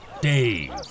Dave